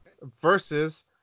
versus